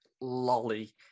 Lolly